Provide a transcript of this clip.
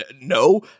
No